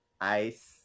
ice